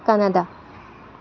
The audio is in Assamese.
কানাডা